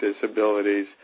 disabilities